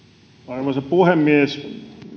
arvoisa puhemies